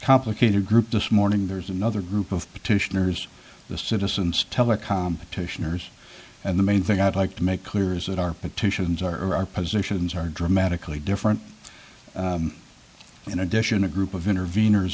complicated group this morning there's another group of petitioners the citizens telecom petitioners and the main thing i'd like to make clear is that our petitions are our positions are dramatically different in addition a group of intervene